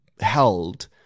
held